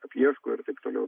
apieško ir taip toliau